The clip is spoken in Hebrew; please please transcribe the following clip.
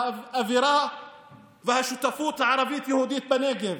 האווירה והשותפות הערבית-יהודית בנגב,